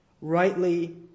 Rightly